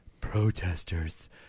protesters